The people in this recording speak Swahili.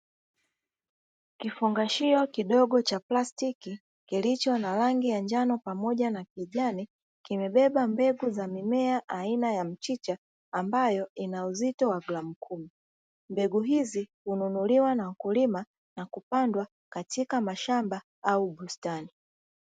Kifungashio kidogo cha plastiki kilicho na rangi ya njano pamoja na kijani kimebeba mbegu za mimea aina ya mchicha ambayo inauzito wa gramu kumi, mbegu hizi hununuliwa na wakulima na kupandwa katika mashamba au bustani.